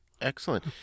excellent